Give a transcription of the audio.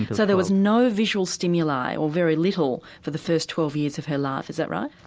so there was no visual stimulus, or very little, for the first twelve years of her life, is that right?